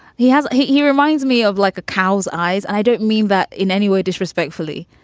he has he he reminds me of like a cows eyes. i don't mean that in any way disrespectfully.